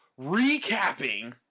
recapping